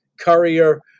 courier